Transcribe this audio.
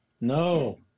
No